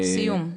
לסיום.